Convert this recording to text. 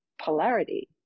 polarity